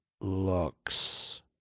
looks